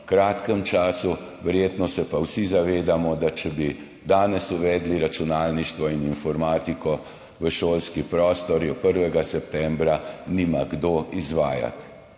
kratkem času. Verjetno pa se vsi zavedamo, da če bi danes uvedli računalništvo in informatiko v šolski prostor, je 1. septembra nima kdo izvajati.